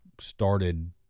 started